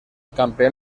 campeón